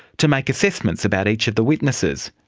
to make assessments about each of the witnesses,